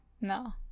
No